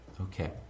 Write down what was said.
Okay